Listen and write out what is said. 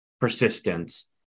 persistence